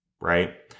right